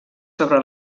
sobre